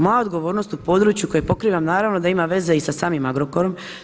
Moja je odgovornost u području koje pokrivam naravno da ima veze i sa samim Agrokorom.